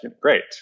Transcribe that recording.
Great